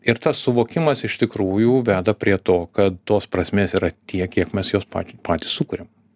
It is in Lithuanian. ir tas suvokimas iš tikrųjų veda prie to kad tos prasmės yra tiek kiek mes jos pač patys sukuriam